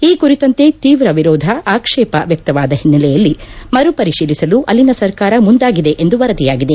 ಈ ಕುರಿತಂತೆ ತೀವ್ರ ವಿರೋಧ ಆಕ್ಷೇಪ ವ್ಯಕ್ತವಾದ ಹಿನ್ನೆಲೆಯಲ್ಲಿ ಮರು ಪರಿಶೀಲಿಸಲು ಅಲ್ಲಿನ ಸರ್ಕಾರ ಮುಂದಾಗಿದೆ ಎಂದು ವರದಿಯಾಗಿದೆ